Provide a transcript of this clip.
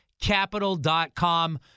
Capital.com